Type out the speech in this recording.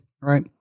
right